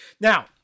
now